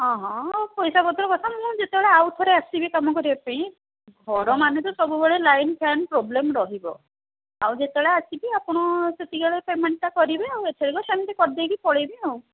ହଁ ହଁ ପଇସା ପତ୍ର କଥା ମୁଁ ଯେତେବେଳେ ଆଉ ଥରେ ଆସିବି କାମ କରିବା ପାଇଁ ଘର ମାନେ ତ ସବୁବେଳେ ଲାଇନ୍ ଫ୍ୟାନ୍ ପ୍ରୋବ୍ଲେମ୍ ରହିବ ଆଉ ଯେବେବେଳେ ଆସିବି ଆପଣ ସେତିକି ବେଳେ ପେମେଣ୍ଟଟା କରିବେ ଆଉ ଏଥରିକ ସେମିତି କରି ଦେଇକି ପଳାଇବି ଆଉ